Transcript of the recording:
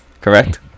correct